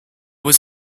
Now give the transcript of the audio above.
was